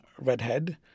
redhead